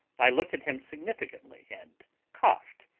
i looked at him significantly and coughed.